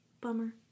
Bummer